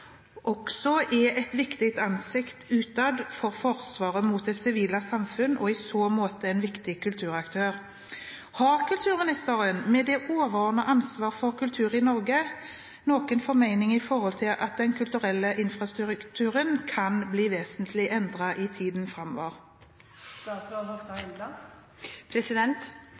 også er et viktig ansikt utad for Forsvaret mot det sivile samfunn, er i så måte en viktig kulturaktør. Har statsråden, med det overordnede ansvar for kultur i Norge, noen formening om at den kulturelle infrastrukturen kan bli vesentlig